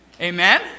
Amen